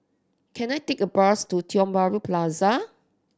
can I take a bus to Tiong Bahru Plaza